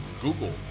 Google